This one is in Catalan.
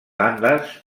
andes